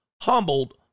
Humbled